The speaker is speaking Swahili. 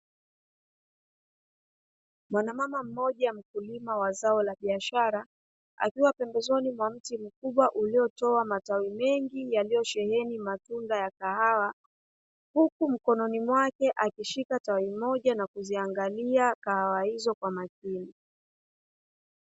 Mwanamama mmoja mkulima wa zao la biashara akiwa pembezoni mwa mti mkubwa uliotoa matawi mengi yaliyosheheni matunda ya kahawa, huku mkononi mwake ameshika tawi moja akiziangalia kahawa hizo kwa makini.